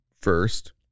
first